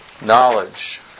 Knowledge